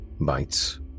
Bites